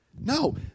No